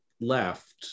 left